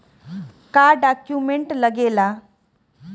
का डॉक्यूमेंट लागेला?